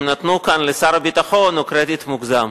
נתנו כאן לשר הביטחון הוא קרדיט מוגזם,